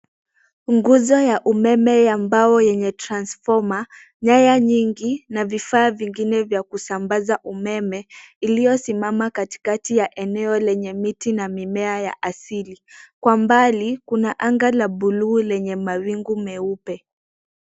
Nguzo ya umeme ya mbao yenye transfoma, nyaya nyingi, na vifaa vingine vya kusambaza umeme, iliosimama katikati ya eneo lenye miti na mimea ya asili. Kwa mbali, kuna anga la bluu lenye mawingu meupe.